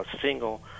single